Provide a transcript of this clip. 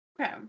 Okay